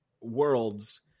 worlds